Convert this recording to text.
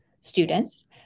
students